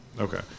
Okay